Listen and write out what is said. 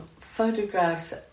photographs